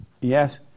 Yes